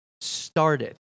started